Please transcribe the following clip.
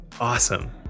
Awesome